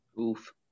oof